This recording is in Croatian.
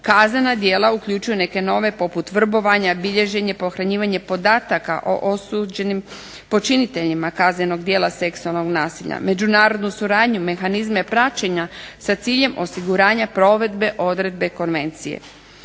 Kaznena djela uključuju neke nove poput vrbovanja, bilježenje, pohranjivanje podataka o osuđenim počiniteljima kaznenog djela seksualnog nasilja, međunarodnu suradnju, mehanizme praćenja sa ciljem osiguranja provedbe odredbe konvencije.